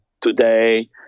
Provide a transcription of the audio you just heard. today